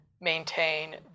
maintain